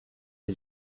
che